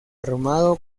armado